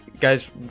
guys